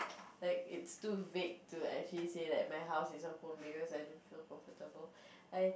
like it's too vague to actually say that my house is a home because I don't feel comfortable I